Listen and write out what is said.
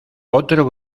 otro